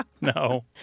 No